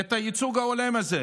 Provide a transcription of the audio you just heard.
את הייצוג ההולם הזה.